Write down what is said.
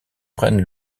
prennent